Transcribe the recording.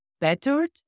bettered